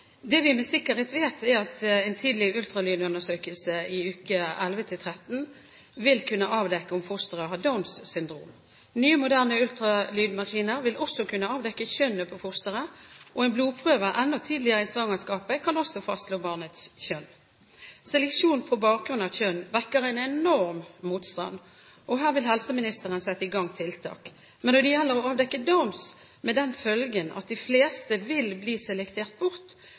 Det vi med sikkerhet vet, er at en tidlig ultralydundersøkelse i uke 11–13 vil kunne avdekke om fosteret har Downs syndrom. Nye, moderne ultralydmaskiner vil også kunne avdekke kjønnet på fosteret, og en blodprøve enda tidligere i svangerskapet kan fastslå barnets kjønn. Seleksjon på bakgrunn av kjønn vekker en enorm motstand, og her vil helseministeren sette i gang tiltak. Men når det gjelder å avdekke Downs syndrom, med den følgen at de fleste vil bli selektert bort,